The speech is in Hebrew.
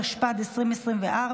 התשפ"ד 2024,